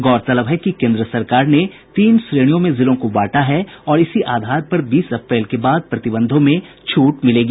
गौरतलब है कि केन्द्र सरकार ने तीन श्रेणियों में जिलों को बांटा है और इसी आधार पर बीस अप्रैल के बाद प्रतिबंधों में छूट मिलेगी